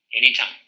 anytime